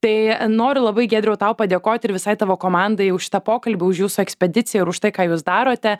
tai noriu labai giedriau tau padėkoti ir visai tavo komandai už šitą pokalbį už jūsų ekspediciją ir už tai ką jūs darote